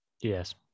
Yes